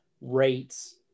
rates